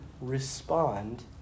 respond